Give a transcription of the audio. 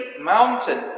mountain